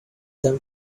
them